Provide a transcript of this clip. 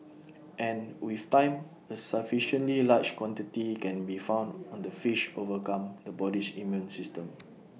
and with time A sufficiently large quantity can be found on the fish overcome the body's immune system